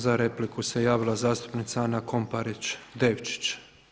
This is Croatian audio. Za repliku se javila zastupnica Ana Komparić Devčić.